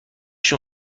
شون